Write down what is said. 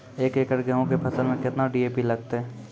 एक एकरऽ गेहूँ के फसल मे केतना डी.ए.पी लगतै?